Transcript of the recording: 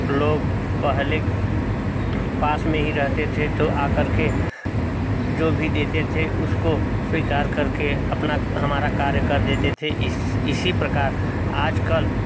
लोग पहले पास में हीं रहते थे तो आ कर के जो भी देते थे उसको स्वीकार करके अपना हमारा कार्य कर देते थे इस इसी प्रकार आजकल